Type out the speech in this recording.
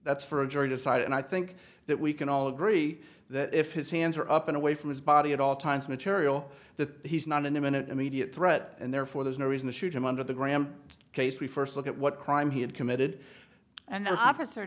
that's for a jury decide and i think that we can all agree that if his hands are up and away from his body at all times material that he's not an imminent immediate threat and therefore there's no reason to shoot him under the graham case we first look at what crime he had committed and the officer